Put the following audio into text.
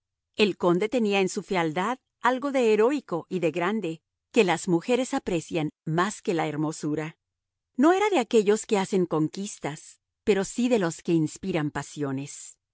el conde tenía en su fealdad algo de heroico y de grande que las mujeres aprecian más que la hermosura no era de aquellos que hacen conquistas pero sí de los que inspiran pasiones